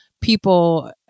people